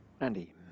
Andy